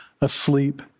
asleep